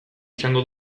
izango